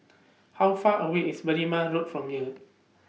How Far away IS Berrima Road from here